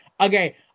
Okay